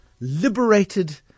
liberated